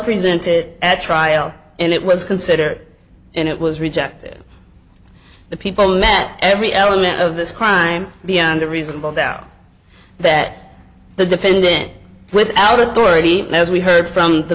presented at trial and it was considered and it was rejected the people met every element of this crime beyond a reasonable doubt that the defendant without authority as we heard from the